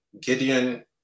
Gideon